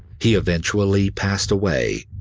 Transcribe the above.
he eventually passed away,